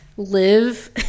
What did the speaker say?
live